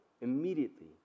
immediately